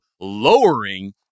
lowering